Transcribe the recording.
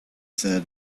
said